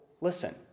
listen